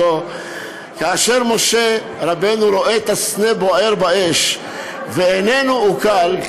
כאשר משה רבנו רואה את הסנה בוער באש ואיננו אוכל,